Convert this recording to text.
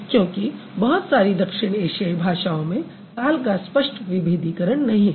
क्योंकि बहुत सारी दक्षिण एशियाई भाषाओं में काल का स्पष्ट विभेदीकरण नहीं है